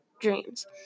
dreams